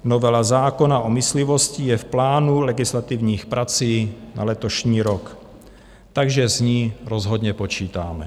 Novela zákona o myslivosti je v plánu legislativních prací na letošní rok, takže s ní rozhodně počítáme.